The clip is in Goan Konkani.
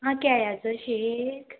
आं केळ्याचो शेक